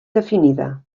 definida